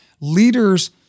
leaders